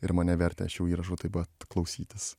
ir mane vertė šių įrašų taip pat klausytis